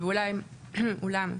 ואולם,